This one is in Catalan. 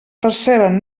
perceben